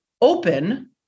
open